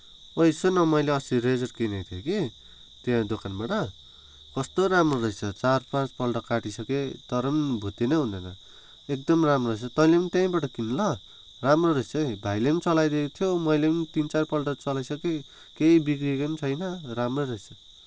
ओए सुन न मैले अस्ति रेजर किनेको थिएँ कि त्यहाँ दोकानबाट कस्तो राम्रो रहेछ चार पाँचपल्ट काटिसकेँ तर पनि भुत्ते नै हुँदैन एकदम राम्रो रहेछ तैँले पनि त्यहीँबाट किन ल राम्रो रहेछ है भाइले पनि चलाइरहेको थियो मैले पनि तिन चारपल्ट चलाइसकेँ केही बिग्रेको पनि छैन राम्रै रहेछ